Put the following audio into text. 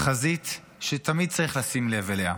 חזית שתמיד צריך לשים לב אליה,